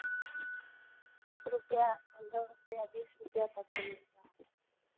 दस रुपया दो रुपया बीस रुपया तक मिलेगा